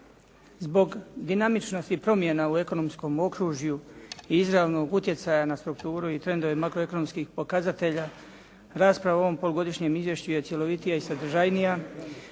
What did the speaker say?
Zbog dinamičnosti promjena u ekonomskom okružju i izravnog utjecaja na strukturu i trendove makroekonomskih pokazatelja rasprava o ovom polugodišnjem izvješću je cjelovitija i sadržajnija